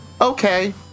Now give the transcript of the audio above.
okay